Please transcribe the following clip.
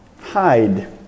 hide